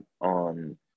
on